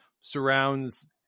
surrounds